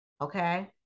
Okay